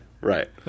Right